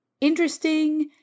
interesting